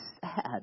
sad